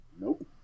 Nope